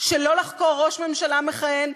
שלא לחקור ראש ממשלה מכהן.